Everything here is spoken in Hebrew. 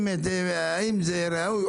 האם זה ראוי,